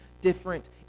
different